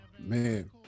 Man